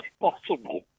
possible